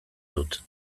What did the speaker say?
dut